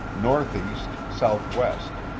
northeast, southwest,